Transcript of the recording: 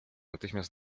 natychmiast